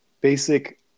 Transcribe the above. basic